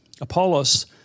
Apollos